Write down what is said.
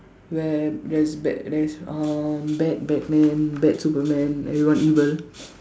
where there is bad there is uh bad Batman bad Superman everyone evil